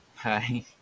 Hi